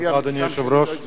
לפי הרישום שלי לא הצבעת,